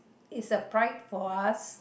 is a pride for us